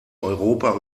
europa